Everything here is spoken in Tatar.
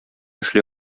эшли